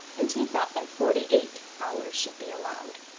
and he thought that forty-eight hours should be allowed.